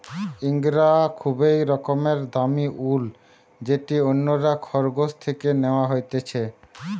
ইঙ্গরা খুবই রকমের দামি উল যেটি অন্যরা খরগোশ থেকে ন্যাওয়া হতিছে